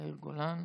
יאיר גולן.